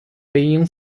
being